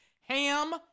Ham